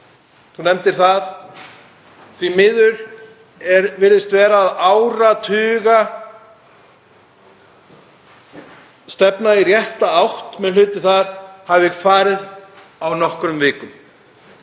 nefndi það. Því miður virðist vera að áratugastefna í rétta átt með hluti þar hafi farið á nokkrum vikum.